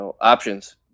options